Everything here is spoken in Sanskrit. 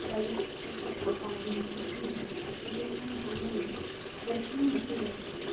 रैस् तथा पाडी इति एतेषां धान्यानां वर्धनं बहु वर्तते